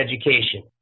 education